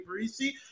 Parisi